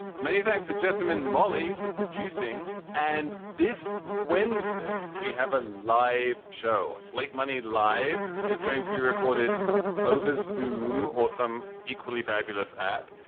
many thanks to jessamine molly for producing. and this. wednesday, we have a live show, slate money live is going to be recorded over zoome or some equally fabulous app.